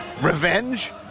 revenge